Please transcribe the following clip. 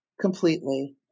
completely